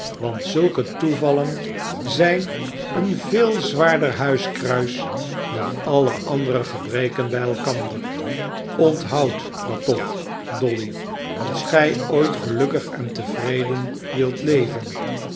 want zulke toevallen zijn een veel zwaarder huiskruis dan alle andere gebreken bij elkander onthoud dat toch dolly als gij ooit gelukkig en tevreden wilt leven